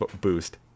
boost